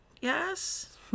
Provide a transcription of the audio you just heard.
Yes